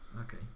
Okay